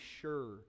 sure